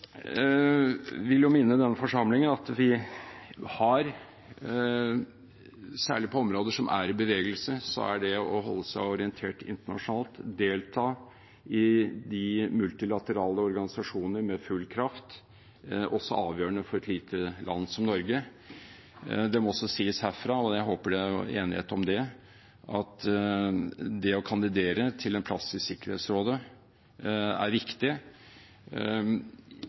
vil minne denne forsamlingen om at det å holde seg orientert internasjonalt og delta i de multilaterale organisasjoner med full kraft, særlig på områder som er i bevegelse, er avgjørende for et lite land som Norge. Det må også sies herfra, og jeg håper det er enighet om det, at det å kandidere til en plass i Sikkerhetsrådet er viktig.